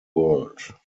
world